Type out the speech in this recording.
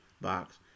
box